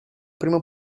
primo